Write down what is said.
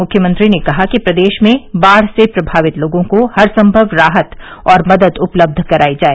मुख्यमंत्री ने कहा कि प्रदेश में बाढ़ से प्रभावित लोगों को हरसम्भव राहत और मदद उपलब्ध करायी जाए